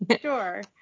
Sure